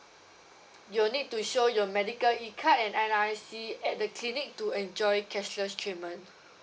you will need to show your medical E card and N_R_I_C at the clinic to enjoy cashless treatment